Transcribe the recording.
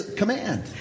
command